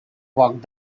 walked